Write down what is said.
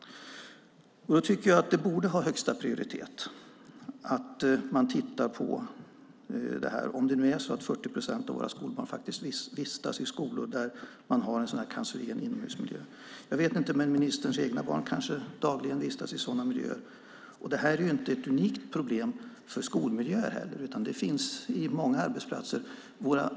Det borde ha högsta prioritet att titta på detta om det nu är så att 40 procent av våra skolbarn vistas i skolor där man har en cancerogen inomhusmiljö. Jag vet inte hur det är, men ministerns egna barn kanske dagligen vistas i sådana miljöer. Det är heller inte ett unikt problem för skolmiljöer, utan det finns på många arbetsplatser.